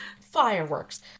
fireworks